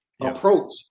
approach